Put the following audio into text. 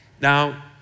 Now